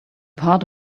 part